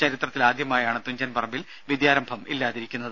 ചരിത്രത്തിലാദ്യമായാണ് തുഞ്ചൻപറമ്പിൽ വിദ്യാരംഭം ഇല്ലാതിരിക്കുന്നത്